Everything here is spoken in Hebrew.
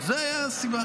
ויש חוקים שכן.